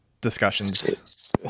discussions